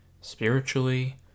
spiritually